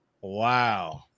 Wow